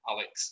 Alex